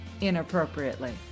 inappropriately